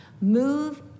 Move